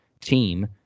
team